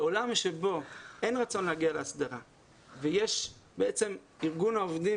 בעולם שבו אין רצון להגיע להסדרה ובעצם ארגון העובדים